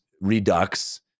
redux